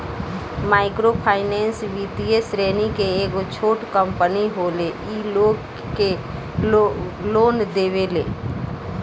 micro finance वित्तीय श्रेणी के एगो छोट कम्पनी होले इ लोग के लोन देवेले